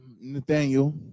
Nathaniel